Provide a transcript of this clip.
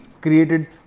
created